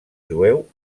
jueu